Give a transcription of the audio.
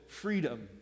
Freedom